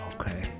Okay